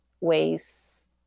ways